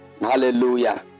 hallelujah